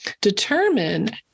determine